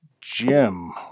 Jim